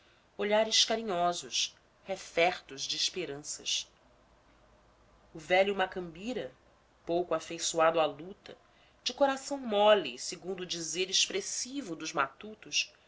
olhares carinhosos refertos de esperanças o velho macambira pouco afeiçoado à luta de coração mole segundo o dizer expressivo dos matutos